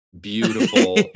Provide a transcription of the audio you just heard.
beautiful